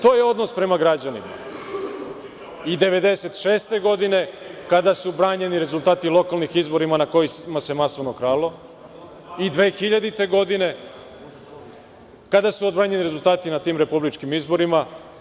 To je odnos prema građanima, i 1996. godine kada su branjeni rezultati lokalnih izbora na kojima se masovno kralo, i 2000. godine kada su odbranjeni rezultati na tim republičkim izborima.